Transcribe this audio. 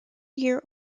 year